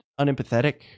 unempathetic